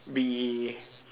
be